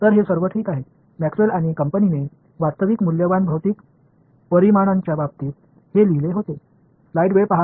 तर हे सर्व ठीक आहे मॅक्सवेल आणि कंपनीने वास्तविक मूल्यवान भौतिक परिमाणांच्या बाबतीत हे लिहिले होते